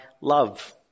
love